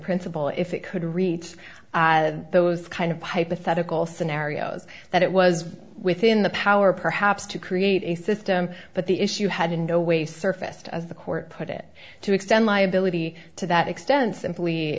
principle if it could reach those kind of hypothetical scenarios that it was within the power perhaps to create a system but the issue had in no way surfaced as the court put it to extend liability to that extent